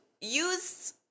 use